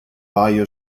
bio